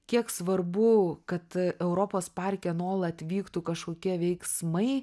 kiek svarbu kad europos parke nuolat vyktų kažkokie veiksmai